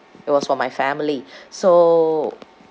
it was for my family so